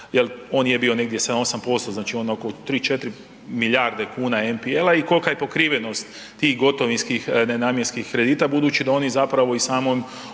jer on je bio negdje 7-8%, znači onda oko 3-4 milijarde kuna MPL-a, i kolika je pokrivenost tih gotovinskih nenamjenskih kredita budući da oni zapravo i samom